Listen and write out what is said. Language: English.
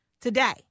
today